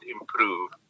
improve